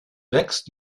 wächst